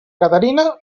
caterina